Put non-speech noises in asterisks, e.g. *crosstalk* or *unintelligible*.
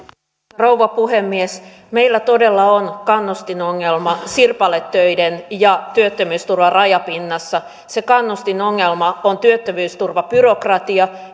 rouva puhemies meillä todella on kannustinongelma sirpaletöiden ja työttömyysturvan rajapinnassa se kannustinongelma on työttömyysturvabyrokratia *unintelligible*